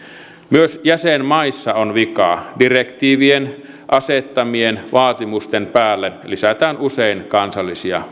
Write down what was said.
myös jäsenmaissa on vikaa direktiivien asettamien vaatimusten päälle lisätään usein kansallisia